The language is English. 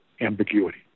ambiguity